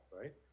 right